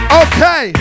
okay